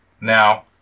Now